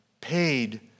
paid